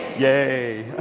yay.